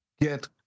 get